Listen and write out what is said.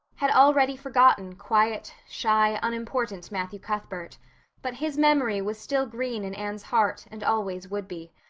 had already forgotten quiet, shy, unimportant matthew cuthbert but his memory was still green in anne's heart and always would be.